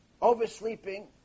oversleeping